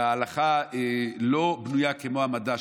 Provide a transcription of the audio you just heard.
וההלכה לא בנויה כמו המדע,